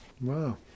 wow